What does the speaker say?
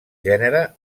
gènere